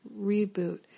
Reboot